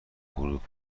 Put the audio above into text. غروب